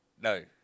No